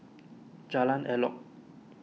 Jalan Elok